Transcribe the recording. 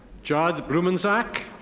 jade blumenzak.